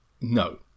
No